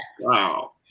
Wow